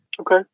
Okay